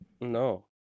No